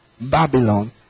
Babylon